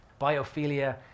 Biophilia